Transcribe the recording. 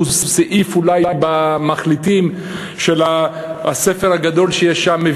סעיף אחד במחליטים של הספר הגדול שיש שם,